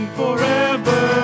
forever